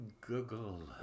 Google